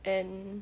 and